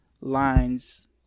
lines